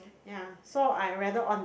ya so I rather on